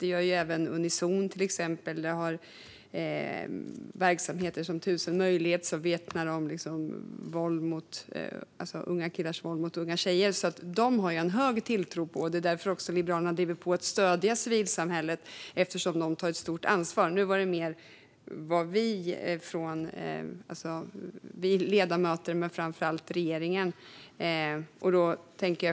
Det gäller till exempel Unizon och verksamheter som 1000 Möjligheter, som vittnar om unga killars våld mot unga tjejer. Dem har jag stor tilltro till. Det är också därför Liberalerna driver på för att stödja civilsamhället; där tar man ett stort ansvar. Men jag syftade mer på vad vi ledamöter och framför allt regeringen kan göra.